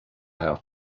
how